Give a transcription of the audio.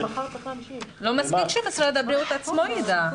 לא מספיק שמשרד הבריאות עצמו יידע.